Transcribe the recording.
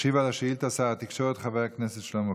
ישיב על השאילתה שר התקשורת חבר הכנסת שלמה קרעי.